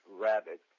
Rabbit